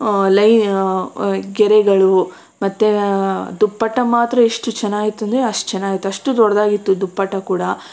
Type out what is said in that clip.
ಲೈ ಗೆರೆಗಳು ಮತ್ತು ದುಪ್ಪಟ್ಟ ಮಾತ್ರ ಎಷ್ಟು ಚೆನ್ನಾಗಿತ್ತು ಅಂದರೆ ಅಷ್ಟು ಚೆನ್ನಾಗಿತ್ತು ಅಷ್ಟು ದೊಡ್ಡದಾಗಿತ್ತು ದುಪ್ಪಟ್ಟ ಕೂಡ